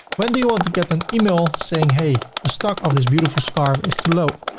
when do you want to get an email saying, hey, the stock of this beautiful scarf is too low.